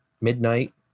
midnight